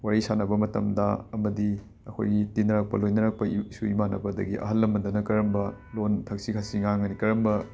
ꯋꯥꯔꯤ ꯁꯥꯅꯕ ꯃꯇꯝꯗ ꯑꯃꯗꯤ ꯑꯩꯈꯣꯏꯒꯤ ꯇꯤꯟꯅꯔꯛꯄ ꯂꯣꯏꯅꯔꯛꯄ ꯏ ꯏꯁꯨ ꯏꯃꯥꯟꯅꯕꯗꯒꯤ ꯑꯍꯜ ꯂꯃꯟꯗꯅ ꯀꯔꯝꯕ ꯂꯣꯟ ꯊꯛꯁꯤ ꯈꯥꯁꯤ ꯉꯥꯡꯒꯅꯤ ꯀꯔꯝꯕ